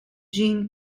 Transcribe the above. jean